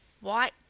white